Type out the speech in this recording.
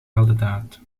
heldendaad